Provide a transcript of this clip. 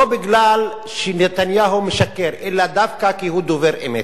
לא בגלל שנתניהו משקר, אלא דווקא כי הוא דובר אמת.